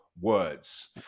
Words